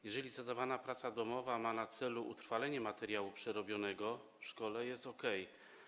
Jeżeli zadawana praca domowa ma na celu utrwalenie materiału przerobionego w szkole, to jest okej.